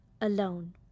alone